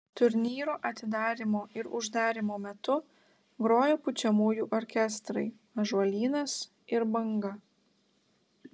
turnyro atidarymo ir uždarymo metu grojo pučiamųjų orkestrai ąžuolynas ir banga